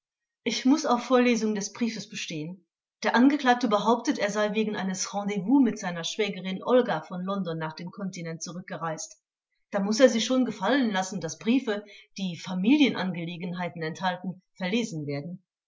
ich muß auf vorlesung des briefes bestehen der angeklagte behauptet er sei wegen eines rendezvous mit seiner schwägerin olga von london nach dem kontinent zurückgereist da muß er sich schon gefallen lassen daß briefe die familienangelegenheiten ten enthalten verlesen werden